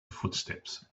footsteps